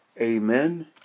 amen